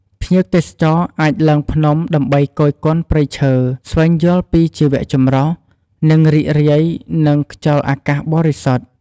ភ្ញៀវទេសចរអាចឡើងភ្នំដើម្បីគយគន់ព្រៃឈើ ស្វែងយល់ពីជីវៈចម្រុះ និងរីករាយនឹងខ្យល់អាកាសបរិសុទ្ធ។